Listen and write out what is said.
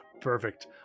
Perfect